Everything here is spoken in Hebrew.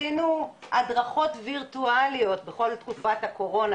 עשינו הדרכות וירטואליות בכל תקופת הקורונה,